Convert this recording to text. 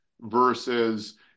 versus